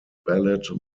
ballet